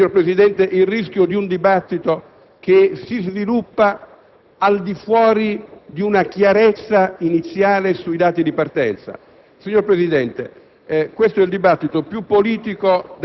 a comunicare al Parlamento? Signor Presidente, non vede il rischio di un dibattito che si sviluppa al di fuori di una chiarezza iniziale sui dati di partenza?